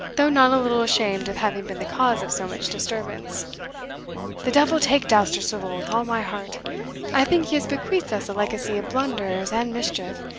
though not a little ashamed of having been the cause of so much disturbance the devil take dousterswivel with all my heart i think he has bequeathed us a legacy of blunders and mischief,